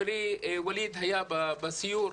חברי וואליד היה בסיור.